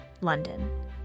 London